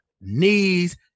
Knees